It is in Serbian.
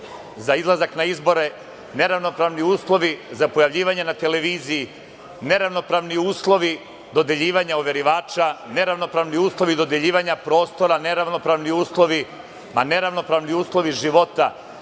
za izlazak na izbore, neravnopravni uslovi za pojavljivanje na televiziji, neravnopravni uslovi dodeljivanja overivača, neravnopravni uslovi dodeljivanja prostora, ma neravnopravni uslovi života